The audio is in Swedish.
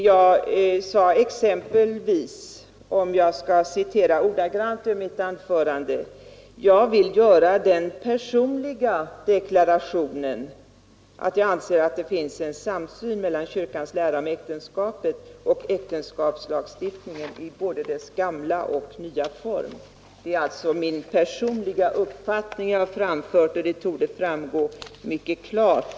Jag sade exempelvis, för att citera ordagrant ur anförandet: ”Jag vill göra den personliga deklarationen att jag anser att det finns en samsyn mellan kyrkans lära om äktenskapet och äktenskapslagstiftningen i både dess gamla och'dess nya form.” Det är alltså min personliga uppfattning jag har framfört, och det torde framgå mycket klart.